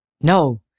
No